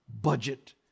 budget